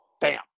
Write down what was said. Bam